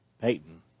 Peyton